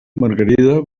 margarida